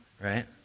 right